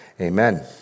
amen